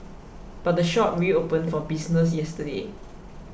but the shop reopened for business yesterday